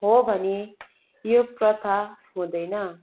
हो भने यो प्रथा हुँदैन